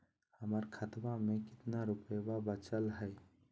हमर खतवा मे कितना रूपयवा बचल हई?